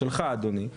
שלך אדוני.